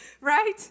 Right